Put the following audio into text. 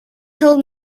told